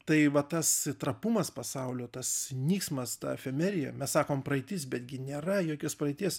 tai vat tas trapumas pasaulio tas nyksmas ta efemerija mes sakom praeitis betgi nėra jokios praeities